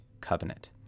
covenant